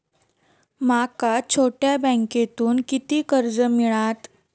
माका छोट्या बँकेतून किती कर्ज मिळात?